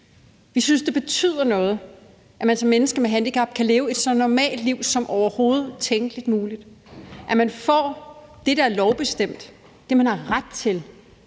Vi synes, det betyder noget, at man som menneske med handicap kan leve et så normalt liv, som det overhovedet er tænkeligt og muligt, og at man får det, der er lovbestemt, og det, man har ret til,